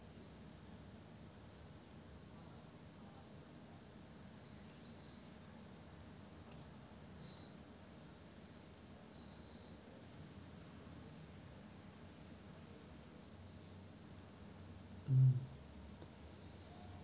mm